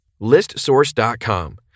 listsource.com